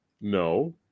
No